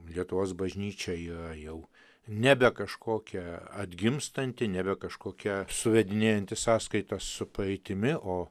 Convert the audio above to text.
lietuvos bažnyčia yra jau nebe kažkokia atgimstanti nebe kažkokia suvedinėjanti sąskaitas su praeitimi o